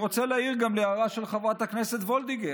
אני רוצה להעיר להערה של חברת הכנסת וולדיגר.